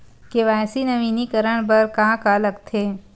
KYC नवीनीकरण बर का का लगथे?